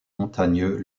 montagneux